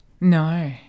no